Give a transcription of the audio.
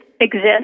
exist